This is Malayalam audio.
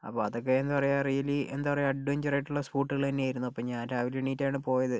അപ്പോൾ അതൊക്കെ എന്താ പറയുക റിയലി എന്താ പറയുക അഡ്വഞ്ചർ ആയിട്ടുള്ള സ്പോട്ടുകൾ തന്നെ ആയിരുന്നു അപ്പോൾ ഞാൻ രാവിലെ എണീറ്റാണ് പോയത്